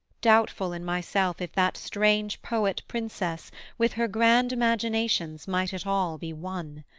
doubtful in myself if that strange poet-princess with her grand imaginations might at all be won.